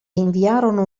inviarono